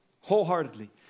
wholeheartedly